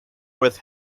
with